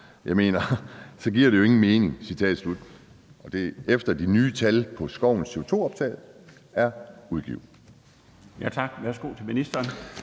Jeg mener, så giver det jo ingen mening«? Det er, efter at de nye tal på skovens CO2-optag er udgivet.